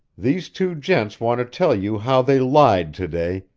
these two gents want to tell you how they lied to-day,